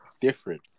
Different